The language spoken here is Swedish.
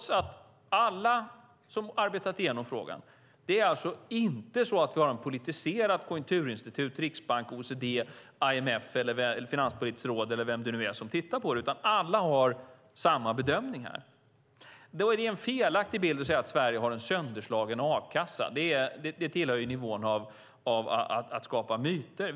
Vi har alltså inte något politiserat konjunkturinstitut, riksbank, OECD, IMF eller finanspolitiskt råd, eller vem det nu är som tittar på detta. Alla gör samma bedömning. Det ger en felaktig bild att säga att Sverige har en sönderslagen a-kassa. Det ligger på nivån att skapa myter.